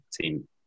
team